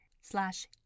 slash